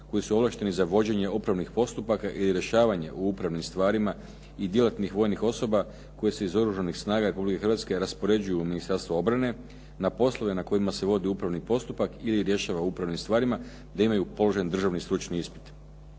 koji su ovlašteni za vođenje upravnih postupaka ili rješavanje o upravnim stvarima i djelatnih vojnih osoba koje se iz Oružanih snaga Republike Hrvatske raspoređuju u Ministarstvo obrane na poslove na kojima se vodi upravni postupak ili rješava o upravnim stvarima da imaju položen državni stručni ispit.